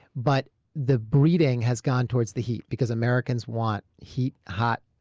but the breeding has gone toward the heat because americans want heat hot,